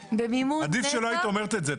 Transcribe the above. עדיף שלא היית אומרת את זה.